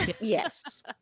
Yes